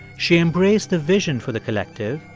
she embraced the vision for the collective,